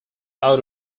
out